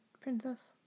Princess